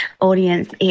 audience